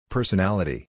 Personality